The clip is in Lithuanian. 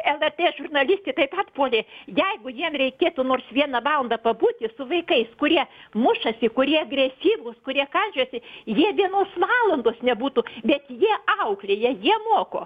lrt žurnalistė taip pat puolė jeigu jiem reikėtų nors vieną valandą pabūti su vaikais kurie mušasi kurie agresyvūs kurie kandžiojasi jie vienos valandos nebūtų bet jie auklėja jie moko